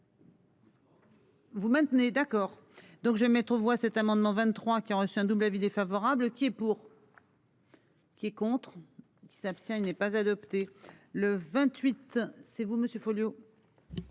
Vous maintenez. D'accord donc je mettre voix cet amendement 23 qui a reçu un double avis défavorable qui est pour. Qui est contre qui s'abstient. Il n'est pas adopté le 28 c'est vous monsieur